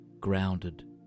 grounded